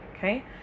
Okay